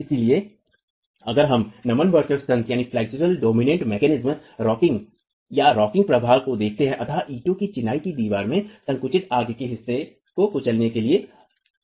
इसलिए अगर हम नमन वर्चस्व तंत्र रॉकिंग या रॉकिंग प्रभाव को देखें अंततः ईंट की चिनाई की दीवार में संकुचित आगे के हिस्से को कुचलने के लिए अग्रणी है